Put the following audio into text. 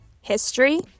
history